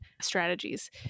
strategies